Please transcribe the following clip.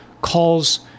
calls